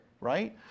right